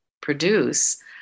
produce